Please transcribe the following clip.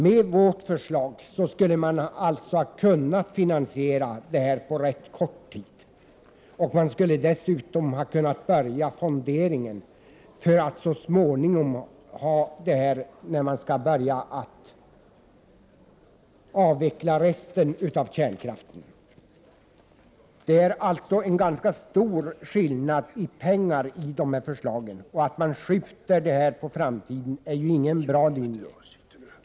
Med vårt förslag skulle man således ha kunnat finansiera detta på ganska kort tid och man skulle dessutom ha kunnat börja fonderingen för att så småningom ha medlen när man skall börja avveckla resten av kärnkraften. Det är en ganska stor skillnad i pengar mellan de här förslagen. Att man skjuter detta på framtiden är inte heller någon bra linje.